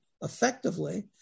effectively